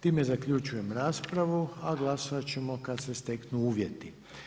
Time zaključujem raspravu, a glasovat ćemo kad se steknu uvjeti.